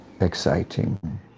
exciting